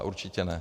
Určitě ne.